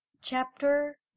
Chapter